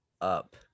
up